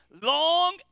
long